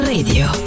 Radio